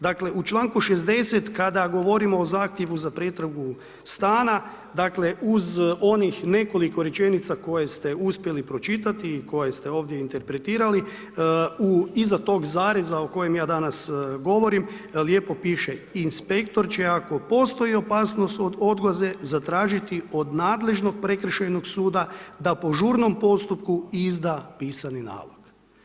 Dakle, u čl. 60. kada govorimo o Zahtjevu za pretragu stana, dakle, uz onih nekoliko rečenica koje ste uspjeli pročitati i koje ste ovdje interpretirali, iza toga zareza o kojem ja danas govorim, lijepo piše, inspektor će ako postoji opasnost od odgode, zatražiti od nadležnog Prekršajnog postupka da po žurnom postupku izda pisani nalog.